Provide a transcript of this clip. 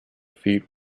feat